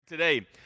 today